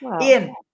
Ian